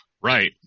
Right